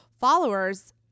followers